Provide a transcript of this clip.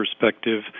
perspective